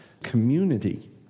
community